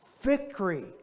Victory